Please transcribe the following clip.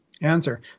answer